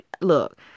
look